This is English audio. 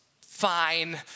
fine